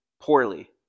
poorly